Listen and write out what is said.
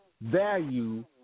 value